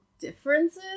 differences